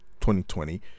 2020